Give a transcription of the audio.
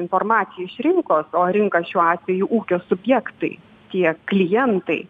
informacija iš rinkos o rinka šiuo atveju ūkio subjektai tie klientai